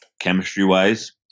chemistry-wise